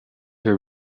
her